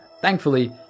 Thankfully